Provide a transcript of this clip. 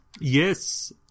Yes